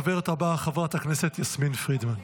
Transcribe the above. הדוברת הבאה, חברת הכנסת יסמין פרידמן.